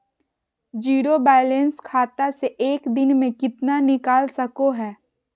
Zero balance खाता से एक दिन में कितना निकाल सको है?